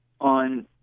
on